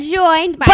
joined